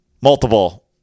multiple